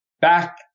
back